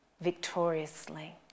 victoriously